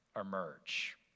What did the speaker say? emerge